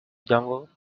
dongle